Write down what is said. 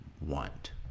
want